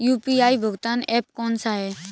UPI भुगतान app कौन सा है?